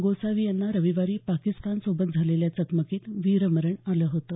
गोसावी यांना रविवारी पाकिस्तानसोबत झालेल्या चकमकीत वीरमरण आलं होतं